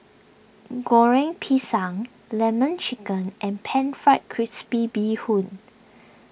Goreng Pisang Lemon Chicken and Pan Fried Crispy Bee Hoon